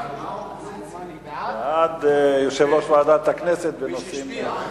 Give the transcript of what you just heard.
בעד יושב-ראש ועדת הכנסת בנושאים,